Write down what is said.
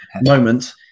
moment